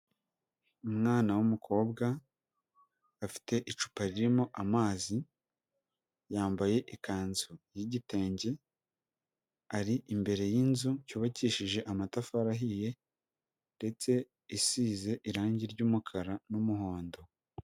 Umwana w'umukobwa afite icupa ririmo amazi yambaye ikanzu y'igitenge ari imbere y'inzu cyubakishije amatafari ahiye ndetse isize irangi ry'umukara n'umuhondo.